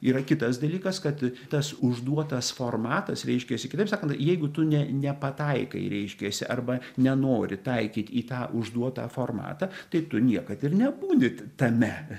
yra kitas dalykas kad tas užduotas formatas reiškiasi kitaip sakant jeigu tu ne nepataikai reiškiasi arba nenori taikyt į tą užduotą formatą tai tu niekad ir nebūni tame